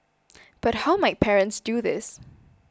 but how might parents do this